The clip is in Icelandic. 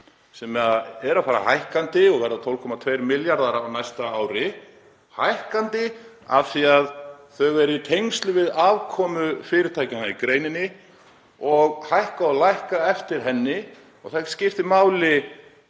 sem eru að fara hækkandi og verða 12,2 milljarðar á næsta ári; hækkandi af því að þau eru í tengslum við afkomu fyrirtækjanna í greininni og hækka og lækka eftir henni og það skiptir máli